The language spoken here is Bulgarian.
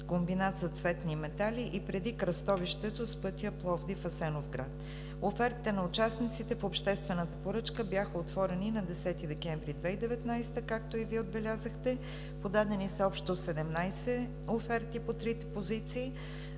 Комбинат за цветни метали и преди кръстовището с пътя Пловдив – Асеновград. Офертите на участниците в обществената поръчка бяха отворени на 10 декември 2019 г., както и Вие отбелязахте. Подадени са общо 17 оферти по трите позиции.